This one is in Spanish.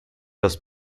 los